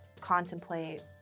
contemplate